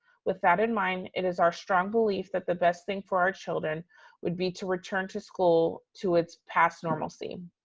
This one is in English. with that in mind, it is our strong belief that the best thing for our children would be to return to school to its past normalcy.